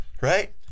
right